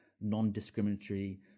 non-discriminatory